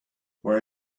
where